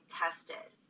tested